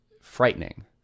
frightening